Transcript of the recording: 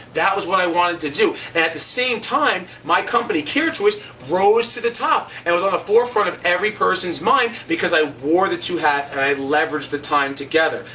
that was what i wanted to do. at the same time, my company carechoice, rose to the top and was on the forefront of every person's mind because i wore the two hats and i leverage the time together.